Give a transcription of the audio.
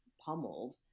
pummeled